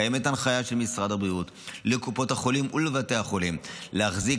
קיימת הנחיה של משרד הבריאות לקופות החולים ולבתי החולים להחזיק